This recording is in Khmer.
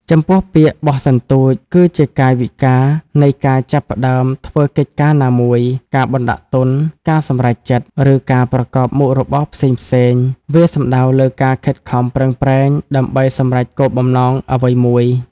ចំពោះពាក្យ បោះសន្ទូច គឺជាកាយវិការនៃការចាប់ផ្តើមធ្វើកិច្ចការណាមួយ ការបណ្ដាក់ទុន ការសម្រេចចិត្ត ឬការប្រកបមុខរបរផ្សេងៗ វាសំដៅលើការខិតខំប្រឹងប្រែងដើម្បីសម្រេចគោលបំណងអ្វីមួយ។